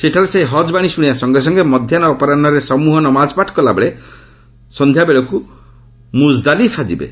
ସେଠାରେ ସେ ହଜ୍ବାଣୀ ଶୁଣିବା ସଙ୍ଗେ ସଙ୍ଗେ ମଧ୍ୟାହୁ ଓ ଅପରାହ୍ୱରେ ସମୃହ ନମାଜପାଠ କଲାବେଳେ ସନ୍ଧ୍ୟାବେଳକୁ ମୁକ୍ଦାଲିଫା ଯିବେ